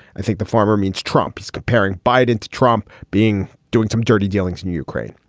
i think the farmer means trumps comparing biden to trump being doing some dirty dealings in ukraine.